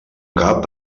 cap